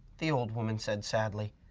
the old woman said sadly.